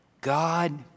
God